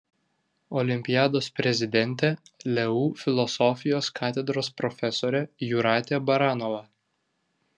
olimpiados prezidentė leu filosofijos katedros profesorė jūratė baranova